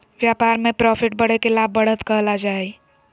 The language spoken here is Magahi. व्यापार में प्रॉफिट बढ़े के लाभ, बढ़त कहल जा हइ